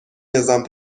نظام